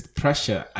pressure